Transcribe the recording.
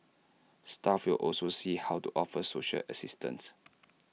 staff will also see how to offer social assistance